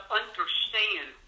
understand